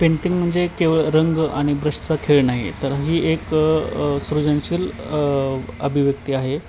painting म्हणजे केवळ रंग आणि ब्रशचा खेळ नाही आहे तर ही एक सृजनशील अभिव्यक्ती आहे